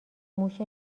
موش